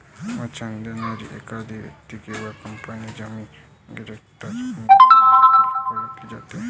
वचन देणारी एखादी व्यक्ती किंवा कंपनी जामीन, गॅरेंटर म्हणून देखील ओळखली जाते